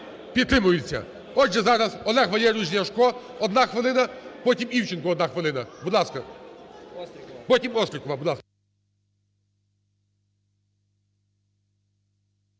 Підтримується. Отже, зараз Олег Валерійович Ляшко, одна хвилина. Потім - Івченко одна хвилина. Будь ласка. Потім -Острікова. Будь ласка.